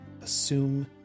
assume